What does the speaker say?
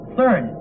Third